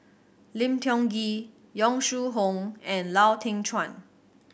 Lim Tiong Ghee Yong Shu Hoong and Lau Teng Chuan